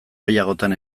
gehiagotan